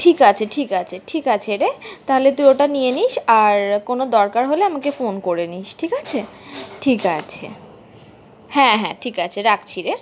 ঠিক আছে ঠিক আছে ঠিক আছে রে তাহলে তুই ওটা নিয়ে নিস আর কোনো দরকার হলে আমাকে ফোন করে নিস ঠিক আছে ঠিক আছে হ্যাঁ হ্যাঁ ঠিক আছে রাখছি রে